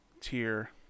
tier